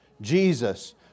Jesus